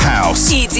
House